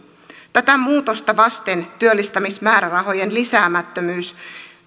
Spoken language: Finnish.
tätä muutosta vasten työllistämismäärärahojen lisäämättömyys